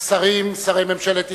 שרים, שרי ממשלת ישראל,